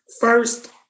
first